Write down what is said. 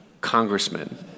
congressman